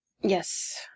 Yes